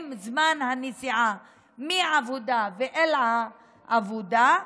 עם זמן הנסיעה מהעבודה ואל העבודה,